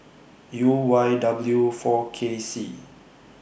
U Y W four K C